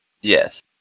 Yes